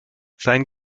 sein